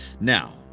Now